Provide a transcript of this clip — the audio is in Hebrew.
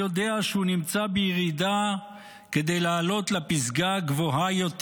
יודע שהוא נמצא בירידה כדי לעלות לפסגה גבוהה יותר,